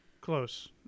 Close